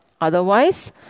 Otherwise